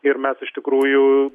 ir mes iš tikrųjų